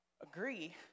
agree